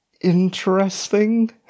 interesting